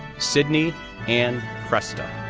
sydney ann cresta,